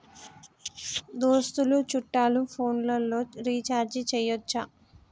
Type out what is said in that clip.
దోస్తులు చుట్టాలు ఫోన్లలో రీఛార్జి చేయచ్చా?